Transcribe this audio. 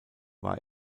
war